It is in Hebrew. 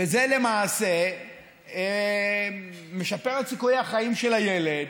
וזה למעשה משפר את סיכויי החיים של הילד,